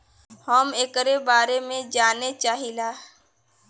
हम एकरे बारे मे जाने चाहीला?